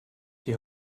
die